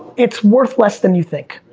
it's worth less than you think,